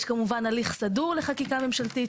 יש כמובן הליך סדור לחקיקה ממשלתית,